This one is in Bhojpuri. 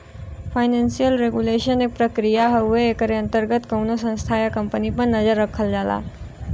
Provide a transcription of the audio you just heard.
फाइनेंसियल रेगुलेशन एक प्रक्रिया हउवे एकरे अंतर्गत कउनो संस्था या कम्पनी पर नजर रखल जाला